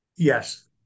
Yes